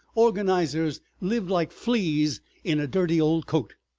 organizers lived like fleas in a dirty old coat,